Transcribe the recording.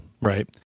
right